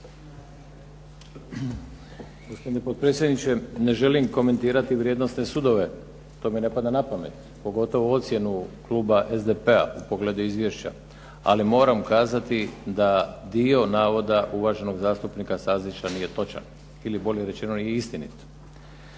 Gospodine potpredsjedniče, ne želim komentirati vrijednosne sudove. To mi ne pada na pamet, pogotovo ocjenu kluba SDP-a u pogledu izvješća. Ali moram kazati da dio navoda uvaženog zastupnika Stazića nije točan ili bolje rečeno nije istinit.